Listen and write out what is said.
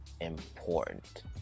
important